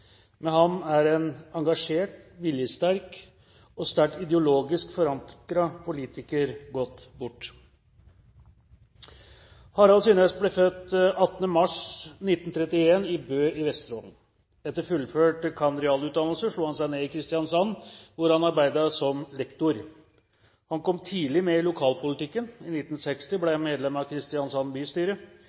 Med ham er en engasjert, viljesterk og sterkt ideologisk forankret politiker gått bort. Harald Synnes ble født 18. mars 1931 i Bø i Vesterålen. Etter fullført cand.real-utdannelse slo han seg ned i Kristiansand, hvor han arbeidet som lektor. Han kom tidlig med i lokalpolitikken. I 1960 ble han medlem av Kristiansand bystyre.